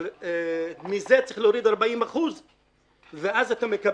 אבל מזה צריך להוריד 40% ואז אתה את מה